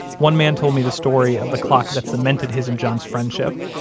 one man told me the story of the clock that cemented his and john's friendship,